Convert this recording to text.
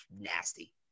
nasty